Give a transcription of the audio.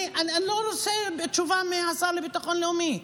אני לא רוצה תשובה מהשר לביטחון לאומי.